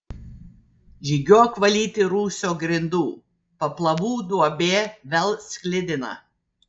žygiuok valyti rūsio grindų paplavų duobė vėl sklidina